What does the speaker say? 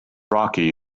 rocky